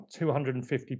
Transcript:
250